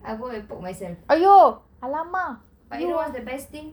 I go and poke myself but you know what is the best thing